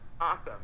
Awesome